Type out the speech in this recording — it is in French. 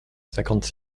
cinquante